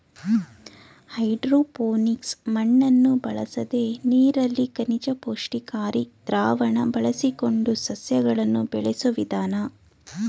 hydroponics ಮಣ್ಣನ್ನು ಬಳಸದೆ ನೀರಲ್ಲಿ ಖನಿಜ ಪುಷ್ಟಿಕಾರಿ ದ್ರಾವಣ ಬಳಸಿಕೊಂಡು ಸಸ್ಯಗಳನ್ನು ಬೆಳೆಸೋ ವಿಧಾನ